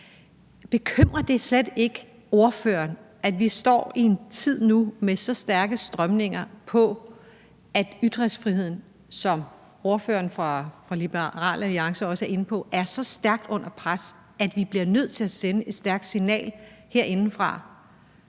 Bekymrer det slet ikke ordføreren, at vi står i en tid nu med så stærke strømninger, at ytringsfriheden, som ordføreren for Liberal Alliance også er inde på, er så stærkt under pres, at vi bliver nødt til at sende et stærkt signal herindefra